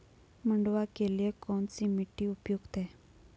मंडुवा के लिए कौन सी मिट्टी उपयुक्त है?